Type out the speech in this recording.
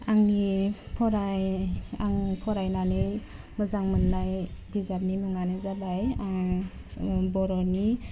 आंनि आं फरायनानै मोजां मोननाय बिजाबनि मुङानो जाबाय जों बर'नि